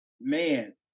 man